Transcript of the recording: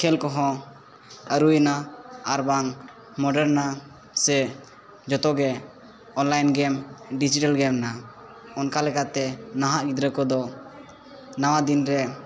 ᱠᱷᱮᱞ ᱠᱚᱦᱚᱸ ᱟᱨᱩᱭᱱᱟ ᱟᱨᱵᱟᱝ ᱢᱚᱰᱟᱨᱱ ᱱᱟ ᱥᱮ ᱡᱚᱛᱚᱜᱮ ᱚᱱᱞᱟᱭᱤᱱ ᱜᱮᱢ ᱰᱤᱡᱤᱴᱮᱞ ᱜᱮᱢᱱᱟ ᱚᱱᱠᱟ ᱞᱮᱠᱟᱛᱮ ᱱᱟᱦᱟᱜ ᱜᱤᱫᱽᱨᱟᱹ ᱠᱚᱫᱚ ᱱᱟᱣᱟ ᱫᱤᱱᱨᱮ